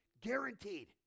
Guaranteed